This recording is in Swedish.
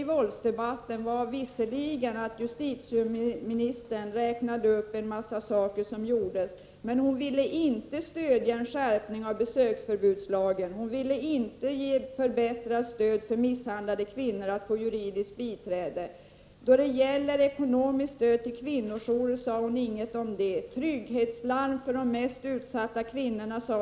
I våldsdebatten räknade justitieministern visserligen upp en mängd saker som gjordes, men hon ville inte stödja förslaget om en skärpning av besöksförbudslagen, och hon ville inte förbättra stödet till misshandlade kvinnor när det gäller juridiskt biträde. Hon sade inte något om ekonomiskt stöd till kvinnojourer. Hon sade inte heller något om trygghetslarm till de mest utsatta kvinnorna.